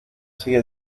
sigue